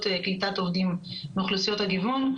קליטת עובדים מאוכלוסיות הגיוון,